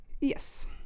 Yes